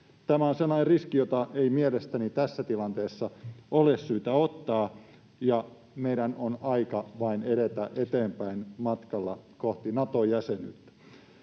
tämä on sellainen riski, jota ei mielestäni tässä tilanteessa ole syytä ottaa. Meidän on aika vain edetä eteenpäin matkalla kohti Nato-jäsenyyttä.